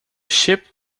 ship